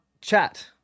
chat